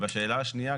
והשאלה השנייה,